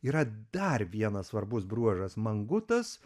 yra dar vienas svarbus bruožas mangutas